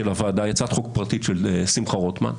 הוועדה אבל היא הצעת חוק פרטית של שמחה רוטמן,